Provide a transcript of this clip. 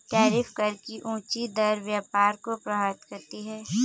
tariff कर की ऊँची दर व्यापार को प्रभावित करती है